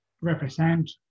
represent